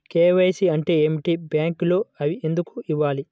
KYC అంటే ఏమిటి? బ్యాంకులో అవి ఎందుకు ఇవ్వాలి?